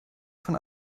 von